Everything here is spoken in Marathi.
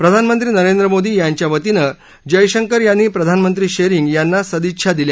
प्रधानमंत्री नरेंद्र मोदी यांच्या वतीने जयशंकर यांनी प्रधानमंत्री शेरींग यांना सदिच्छा दिल्या